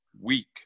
weak